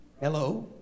Hello